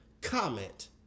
comment